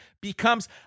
becomes